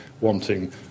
wanting